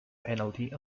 penalty